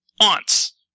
aunts